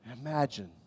imagine